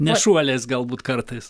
ne šuoliais galbūt kartais